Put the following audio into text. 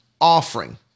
offering